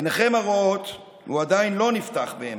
עיניכם הרואות, הוא עדיין לא נפתח באמת.